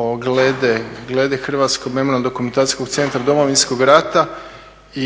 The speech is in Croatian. o glede Hrvatskom memorijalnom dokumentacijskog centra Domovinskog rata